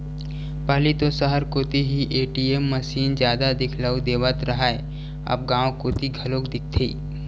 पहिली तो सहर कोती ही ए.टी.एम मसीन जादा दिखउल देवत रहय अब गांव कोती घलोक दिखथे